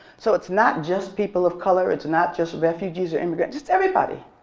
so it's not just people of color. it's not just refugees or immigrants. it's everybody.